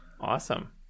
Awesome